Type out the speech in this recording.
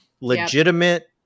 legitimate